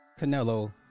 Canelo